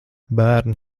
bērni